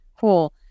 Cool